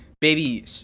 Baby